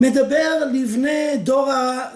‫מדבר לבני דור ה...